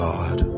God